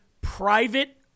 private